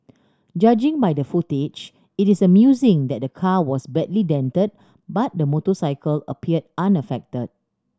judging by the footage it is amusing that the car was badly dented but the motorcycle appeared unaffected